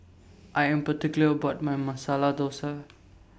I Am particular about My Masala Thosai